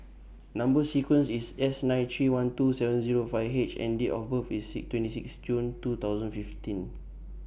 Number sequence IS S nine three one two seven Zero five H and Date of birth IS six twenty six June two thousand fifteen